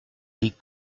des